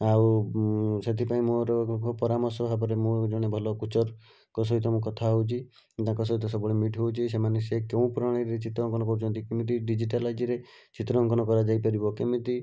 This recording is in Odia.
ଆଉ ସେଥିପାଇଁ ମୋର ପରାମର୍ଶ ଭାବରେ ମୁଁ ଜଣେ ଭଲ କୋଚ୍ର ଙ୍କ ସହିତ କଥାହେଉଛି ତାଙ୍କ ସହିତ ସବୁବେଳେ ମିଟ୍ ହେଉଛି ସେମାନେ ସେ କୋଉ ପ୍ରଣାଳୀରେ ଚିତ୍ରଙ୍କନ କରୁଛନ୍ତି କିମିତି ଡିଜିଟାଲାଇଜ୍ରେ ଚିତ୍ରଅଙ୍କନ କରାଯାଇପାରିବ କେମିତି